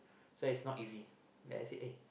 so it's not easy then I say ah